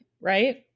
right